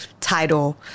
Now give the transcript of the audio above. title